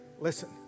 Listen